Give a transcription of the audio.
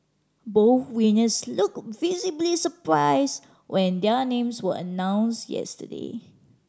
both winners looked visibly surprised when their names were announced yesterday